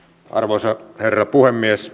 arvoisa herra puhemies